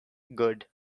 good